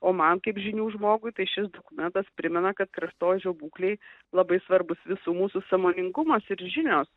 o man kaip žinių žmogui šis dokumentas primena kad kraštovaizdžio būklei labai svarbus visų mūsų sąmoningumas ir žinios